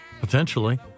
Potentially